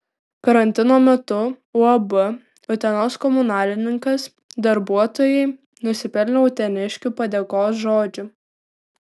karantino metu uab utenos komunalininkas darbuotojai nusipelnė uteniškių padėkos žodžių